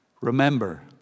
remember